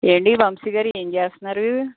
ఏవండి వంశీ గారు ఏం చేస్తున్నారు